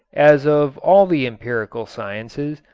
as of all the empirical sciences,